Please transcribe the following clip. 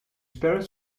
parents